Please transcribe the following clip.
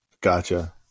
Gotcha